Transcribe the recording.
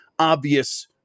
obvious